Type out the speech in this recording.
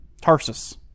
Tarsus